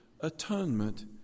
atonement